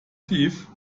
tief